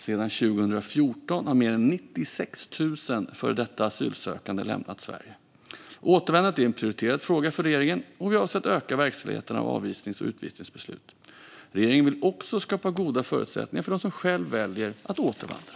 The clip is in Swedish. Sedan 2014 har mer än 96 000 före detta asylsökande lämnat Sverige. Återvändandet är en prioriterad fråga för regeringen, och vi avser att öka verkställigheterna av avvisnings och utvisningsbeslut. Regeringen vill också skapa goda förutsättningar för dem som själva väljer att återvandra.